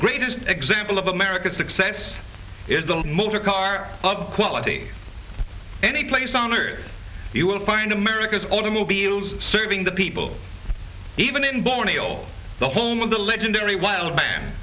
greatest example of american success is the motor car of quality any place on earth you will find america's automobiles serving the people even in borneo the home of the legendary wild man